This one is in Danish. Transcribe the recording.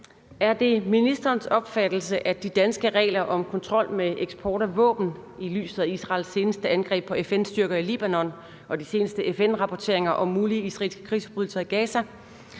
Er det ministerens opfattelse, at de danske regler om kontrol med eksport af våben, i lyset af Israels seneste angreb på FN-styrker i Libanon og de seneste FN-rapporteringer om mulige israelske krigsforbrydelser i Gaza,